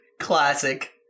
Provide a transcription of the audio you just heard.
Classic